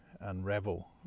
unravel